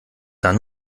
dann